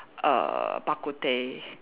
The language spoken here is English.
err bak-kut-teh